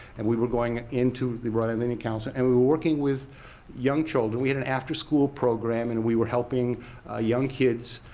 and we were going into the rhode island indian council, and we were working with young children. we had an after school program, and we were helping ah young kids